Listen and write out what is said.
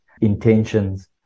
intentions